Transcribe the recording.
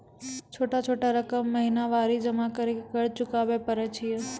छोटा छोटा रकम महीनवारी जमा करि के कर्जा चुकाबै परए छियै?